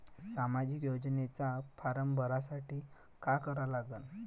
सामाजिक योजनेचा फारम भरासाठी का करा लागन?